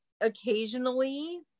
occasionally